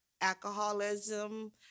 alcoholism